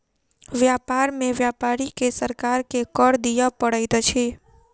व्यापार में व्यापारी के सरकार के कर दिअ पड़ैत अछि